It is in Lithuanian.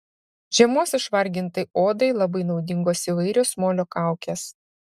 žiemos išvargintai odai labai naudingos įvairios molio kaukės